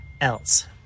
else